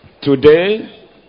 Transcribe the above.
Today